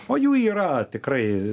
o jų yra tikrai